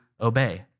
obey